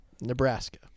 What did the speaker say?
Nebraska